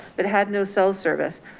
but had no cell service,